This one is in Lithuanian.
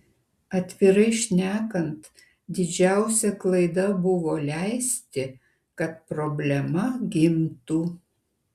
atvirai šnekant didžiausia klaida buvo leisti kad problema gimtų